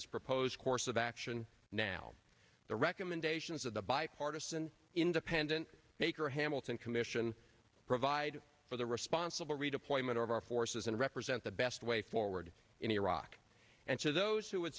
its proposed course of action now the recommendations of the bipartisan independent baker hamilton commission provide for the responsible redeployment of our forces and represent the best way forward in iraq and to those who would